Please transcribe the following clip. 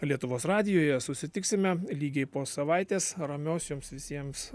lietuvos radijuje susitiksime lygiai po savaitės ramios jums visiems